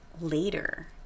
later